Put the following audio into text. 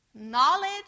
Knowledge